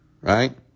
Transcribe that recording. right